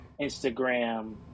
instagram